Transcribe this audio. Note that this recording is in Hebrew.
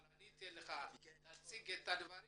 אבל אתן לך להציג את הדברים